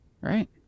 Right